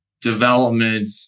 development